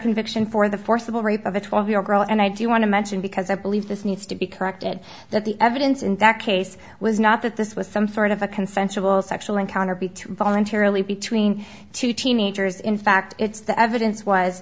conviction for the forcible rape of a twelve year old girl and i do want to mention because i believe this needs to be corrected that the evidence in that case was not that this was some sort of a consensual sexual encounter between voluntarily between two teenagers in fact it's the evidence was